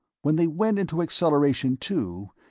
when they went into acceleration two,